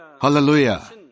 Hallelujah